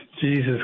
Jesus